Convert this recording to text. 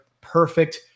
perfect